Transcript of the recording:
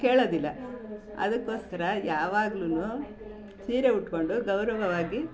ಕೇಳೋದಿಲ್ಲ ಅದಕ್ಕೋಸ್ಕರ ಯಾವಾಗ್ಲೂ ಸೀರೆ ಉಟ್ಕೊಂಡು ಗೌರವವಾಗಿ